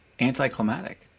anticlimactic